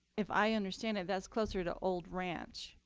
if i understand it, that's closer to old ranch,